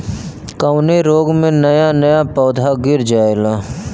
कवने रोग में नया नया पौधा गिर जयेला?